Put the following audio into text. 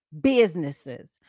businesses